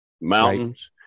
mountains